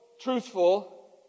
truthful